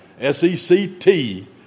S-E-C-T